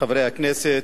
חברי הכנסת,